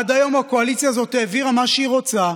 עד היום הקואליציה הזאת העבירה מה שהיא רוצה.